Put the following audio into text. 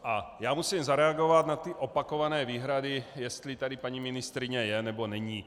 A musím zareagovat na opakované výhrady, jestli tady paní ministryně je, nebo není.